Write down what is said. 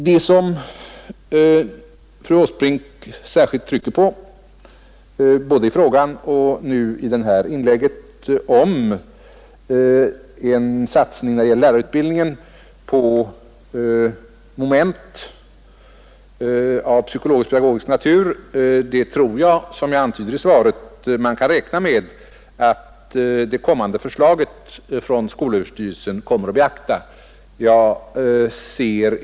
Det som fru Åsbrink särskilt trycker på, både i interpellationen och i inlägget, är en satsning inom lärarutbildningen på moment av psykologisk-pedagogisk natur. Som jag antydde i svaret, tror jag att man kan räkna med att detta kommer att beaktas i det väntade förslaget från skolöverstyrelsen.